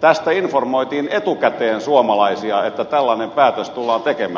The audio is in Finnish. tästä informoitiin etukäteen suomalaisia että tällainen päätös tullaan tekemään